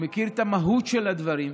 מכיר את המהות של הדברים.